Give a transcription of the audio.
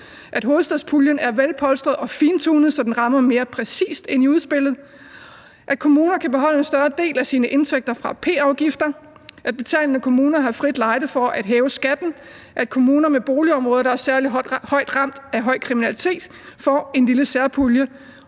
at hovedstadspuljen er velpolstret og fintunet, så den rammer mere præcist end i udspillet; at en kommune kan beholde en større del af sine indtægter fra p-afgifter; at betalende kommuner har frit lejde til at hæve skatten; at kommuner med boligområder, der er særlig hårdt ramt af høj kriminalitet, får en lille særpulje;